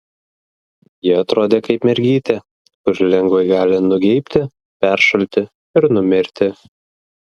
ji atrodė kaip mergytė kuri lengvai gali nugeibti peršalti ir numirti